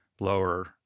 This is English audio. lower